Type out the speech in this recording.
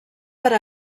per